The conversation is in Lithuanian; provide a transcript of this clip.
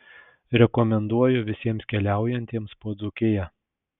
rekomenduoju visiems keliaujantiems po dzūkiją